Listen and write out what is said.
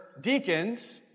deacons